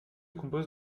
compose